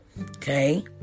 Okay